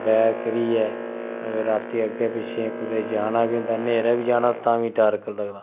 बैर करियै अगर रातीं अग्गें पिच्छें कुतै जाना बी होंदा न्हेरे बी जाना तां बी डर लगदा